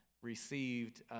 received